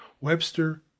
Webster